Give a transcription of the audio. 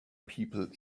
people